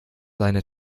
seine